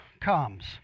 comes